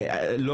ברור.